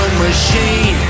machine